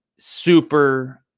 super